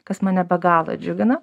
kas mane be galo džiugina